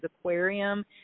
Aquarium